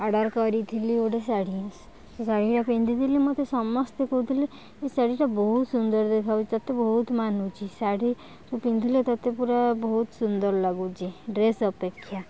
order କରିଥିଲି ଗୋଟେ ଶାଢ଼ୀ ସେ ଶାଢ଼ୀଟା ପିନ୍ଧିଥିଲି ମୋତେ ସମସ୍ତେ କହୁଥିଲେ ଏ ଶାଢ଼ୀଟା ବହୁତ ସୁନ୍ଦର ଦେଖାହଉଛି ତତେ ବହୁତ ମାନୁଛି ଶାଢ଼ୀ ତୁ ପିନ୍ଧିଲେ ତତେ ପୁରା ବହୁତ ସୁନ୍ଦର ଲାଗୁଛି ଡ୍ରେସ୍ ଅପେକ୍ଷା